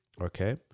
okay